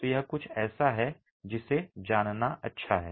तो यह कुछ ऐसा है जिसे जानना अच्छा है